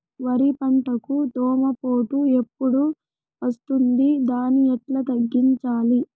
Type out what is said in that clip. వరి పంటకు దోమపోటు ఎప్పుడు వస్తుంది దాన్ని ఎట్లా తగ్గించాలి?